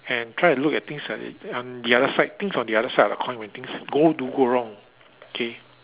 and try to look at things at the um the other side things on the other side of the coin when things go do go wrong okay